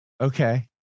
okay